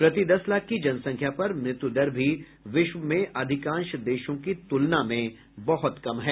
प्रति दस लाख की जनसंख्या पर मृत्यु दर भी विश्व में अधिकांश देशों की तुलना में बहुत कम है